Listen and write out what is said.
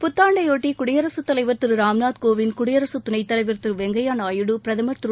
புத்தாண்டையொட்டி குடியரசுத் தலைவர் திரு ராம் நாத் கோவிந்த் குடியரசுத் துணைத் தலைவர் திரு வெங்கையா நாயுடு பிரதமர் திரு